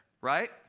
right